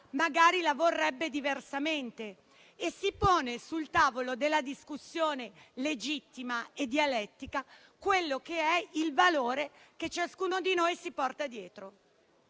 magari vorrebbe agire diversamente e dunque si pone sul tavolo della discussione, legittima e dialettica, il valore che ciascuno di noi si porta dietro.